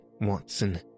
Watson